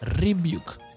rebuke